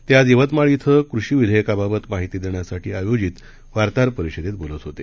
ते आज यवतमाळ इथं कृषी विधेयकबाबत माहिती देण्यासाठी आयोजित वार्ताहर परिषदेत बोलत होते